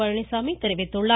பழனிச்சாமி தெரிவித்துள்ளார்